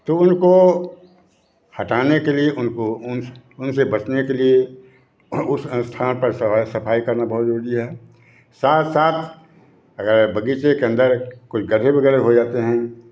तो उनको हटाने के लिए उनको उन्स उनसे बचने के लिए उस स्थान पर सफाई करना बहुत जरूरी है साथ साथ अगर बगीचे के अंदर कोई गड्ढे वगैरह हो जाते हैं